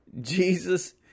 Jesus